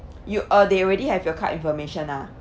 you uh they already have your card information ah